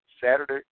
Saturday